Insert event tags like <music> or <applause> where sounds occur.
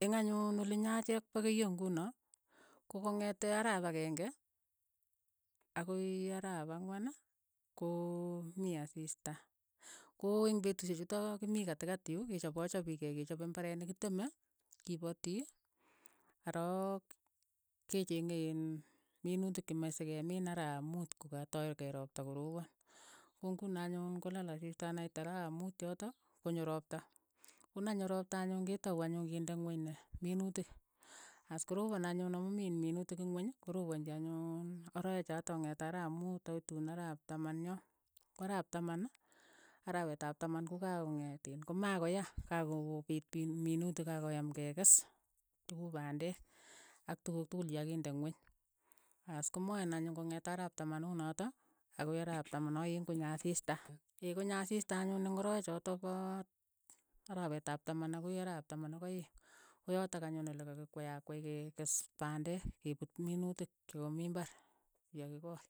Eng' anyuun oliinyo achek pa keiyo nguno ko kong'etee arap akenge akoi araap ang'wan ko mii asiista, ko eng' petushek chutok ki mii katikati yu, ke chapachapikei kechope mbarenik, ki teme, kipatii arok kenyenge iin minutik che mache se ke miin arap muut ko ka toi kei ropta ko ropoon, ko nguno anyun ko lal asiista anait arap muut yotok, ko nyo ropta, ko na nyo ropta anyun ke tou anyun kinde ing'weny ne, minuutik, as koropon anyun amu mii minutik ing'weny, koroponji anyun arawek chotok kong'ete arap muut akoi tuun araap taman yoo, ko araap taman, arawet ap taman ko kakong'et iin ko ma koyaa, kakopiit pin minuutik ka koyaam ke kees che uu pandek. ak tukuk tukul che ki kakinde ing'weny, aas, ko maeen anyun ko ng'ete arap tamanut notok akoi arap taman ak aeng' konyo asiista, <hesitation> konyo asiista anyun eng' arawek chotok poo arawet ap taman akoi arap taman ak aeng', ko yotok anyun ole ka ki kweyakwey ke kees pandek, ke puut minuutik che ka mii imbar, ki ka kikool.